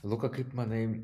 luka kaip manai